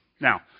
Now